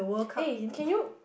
eh can you